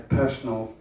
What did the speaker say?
personal